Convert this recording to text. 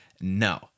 No